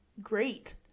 great